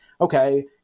Okay